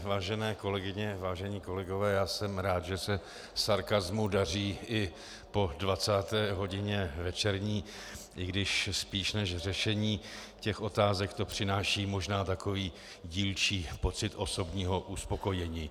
Vážené kolegyně, vážení kolegové, já jsem rád, že se sarkasmu daří i po 20. hodině večerní, i když spíš než řešení otázek to přináší možná takový dílčí pocit osobního uspokojení.